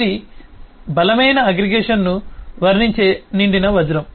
ఇది బలమైన అగ్రిగేషన్ను వర్ణించే నిండిన వజ్రం